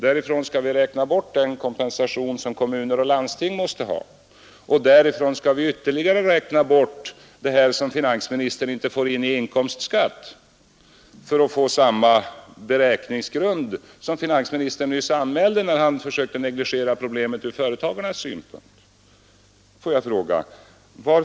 Därifrån skall vi för att få samma beräkningsgrund som den som finansministern nyss använde, när han försökte negligera problemet ur företagarnas synpunkt, räkna bort den kompensation som kommuner och landsting måste ha och ytterligare det som finansministern inte får in i inkomstskatt.